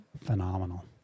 phenomenal